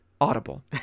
audible